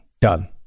Done